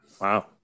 Wow